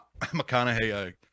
McConaughey